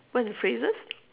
phrases